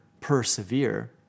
persevere